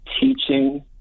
teaching